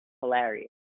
hilarious